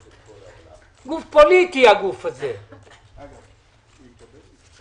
הגוף הזה הוא פוליטי.